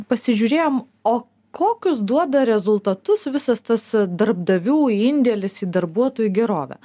pasižiūrėjom o kokius duoda rezultatus visas tas darbdavių indėlis į darbuotojų gerovę